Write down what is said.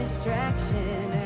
Distraction